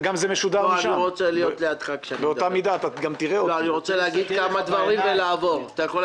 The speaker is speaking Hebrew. במשבר פיננסי שאנחנו לא מסוגלים להתמודד יותר עם האירוע הזה.